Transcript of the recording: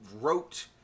wrote